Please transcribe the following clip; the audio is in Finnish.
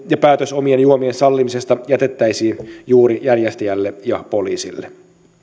ja päätös omien juomien sallimisesta jätettäisiin juuri järjestäjälle ja poliisille